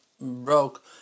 broke